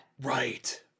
Right